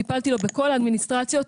טיפלתי לו בכל האדמיניסטרציות,